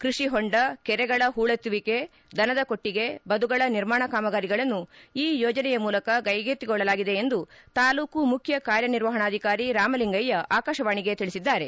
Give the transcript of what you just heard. ಕೃಷಿ ಹೊಂಡ ಕೆರೆಗಳ ಹೂಳೆತ್ತುವಿಕೆ ದನದ ಕೊಟ್ಟಿಗೆ ಬದುಗಳ ನಿರ್ಮಾಣ ಕಾಮಗಾರಿಗಳನ್ನು ಈ ಯೋಜನೆ ಮೂಲಕ ಕೈಗೆತ್ತಿಕೊಳ್ಳಲಾಗಿದೆ ಎಂದು ತಾಲೂಕು ಮುಖ್ಯ ಕಾರ್ಯನಿರ್ವಹಣಾಧಿಕಾರಿ ರಾಮಲಿಂಗಯ್ಯ ಆಕಾಶವಾಣಿಗೆ ತಿಳಿಸಿದ್ದಾರೆ